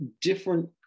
different